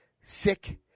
sick